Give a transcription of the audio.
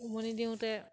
উমনি দিওঁতে